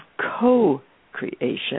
co-creation